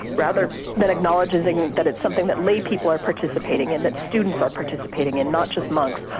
rather than acknowledging that it's something that lay people are participating in, that students are participating in, not just monks,